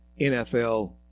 NFL